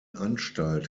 anstalt